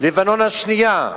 ולבנון השנייה,